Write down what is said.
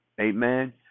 Amen